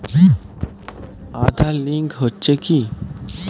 Aadhaar link হচ্ছে কি?